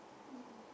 mm